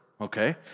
okay